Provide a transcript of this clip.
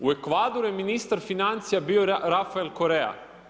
U Ekvadoru je ministar financija bio Rafael Korea.